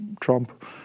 Trump